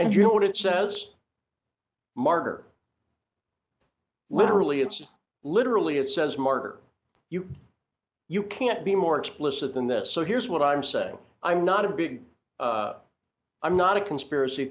and you know what it says margaret literally it's literally it says mark you you can't be more explicit than this so here's what i'm saying i'm not a big i'm not a conspiracy